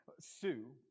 Sue